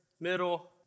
middle